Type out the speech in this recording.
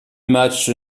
matchs